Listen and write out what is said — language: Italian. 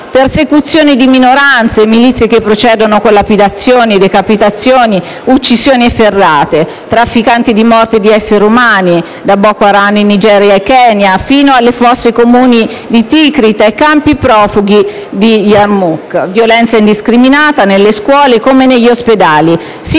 persecuzioni di minoranze e milizie che procedono con lapidazioni, decapitazioni, uccisioni efferate, trafficanti di morte e di esseri umani, da Boko Haram in Nigeria e Kenya, fino alle fosse comuni di Tikrit e ai campi profughi di Yarmouk; violenza indiscriminata nelle scuole come negli ospedali,